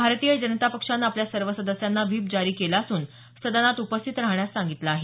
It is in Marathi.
भारतीय जनता पक्षानं आपल्या सर्व सदस्यांना व्हीप जारी केला असून सदनात उपस्थित राहण्यास सांगितलं आहे